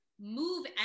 move